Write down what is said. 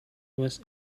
was